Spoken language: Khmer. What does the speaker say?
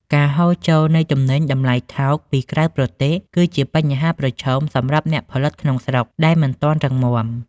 ការហូរចូលនៃទំនិញតម្លៃថោកពីក្រៅប្រទេស គឺជាបញ្ហាប្រឈមសម្រាប់អ្នកផលិតក្នុងស្រុកដែលមិនទាន់រឹងមាំ។